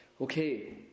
Okay